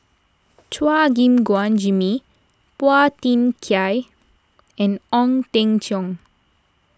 Chua Gim Guan Jimmy Phua Thin Kiay and Ong Teng Cheong